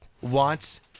wants